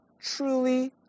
truly